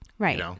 Right